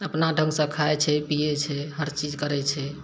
अपना ढङ्गसँ खाइत छै पियैत छै हर चीज करैत छै